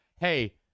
Hey